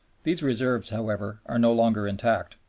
these reserves, however, are no longer intact.